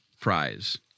Prize